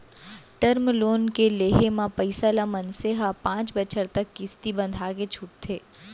term loan के लेहे म पइसा ल मनसे ह पांच बछर तक किस्ती बंधाके छूटथे